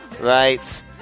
right